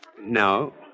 No